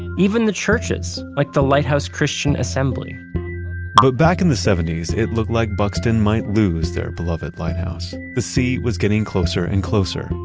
even the churches like the lighthouse christian assembly but back in the seventy s, it looked like buxton might lose their beloved lighthouse. the sea was getting closer and closer,